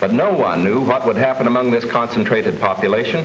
but no one knew what would happen among this concentrated population